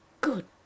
Good